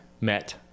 met